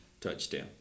touchdown